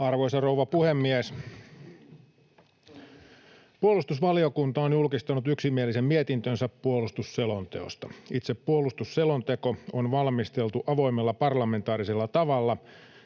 Arvoisa rouva puhemies! Puolustusvaliokunta on julkistanut yksimielisen mietintönsä puolustusselonteosta. Itse puolustusselonteko on valmisteltu avoimella parlamentaarisella tavalla,